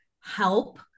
help